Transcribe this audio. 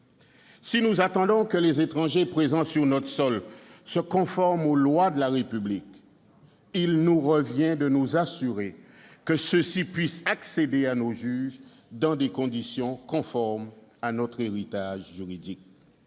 Si nous attendons des étrangers présents sur notre sol qu'ils se conforment aux lois de la République, il nous revient de nous assurer qu'ils puissent accéder à nos juges dans des conditions conformes à notre héritage juridique.